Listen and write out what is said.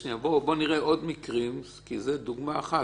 בואו נראה עוד מקרים, כי זו דוגמה אחת.